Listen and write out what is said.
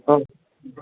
औ